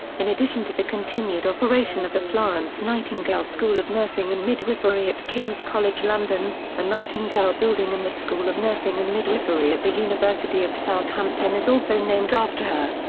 in addition to the continued operation of the florence nightingale school of nursing and midwifery at king's college london, the nightingale building in the school of nursing and midwifery at the university of southampton is also named after her.